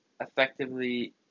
effectively